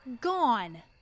Gone